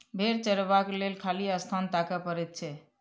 भेंड़ चरयबाक लेल खाली स्थान ताकय पड़ैत छै